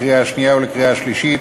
לקריאה השנייה ולקריאה השלישית,